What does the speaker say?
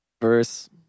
verse